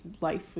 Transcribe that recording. life